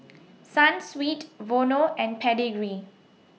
Sunsweet Vono and Pedigree